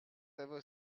ever